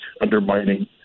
undermining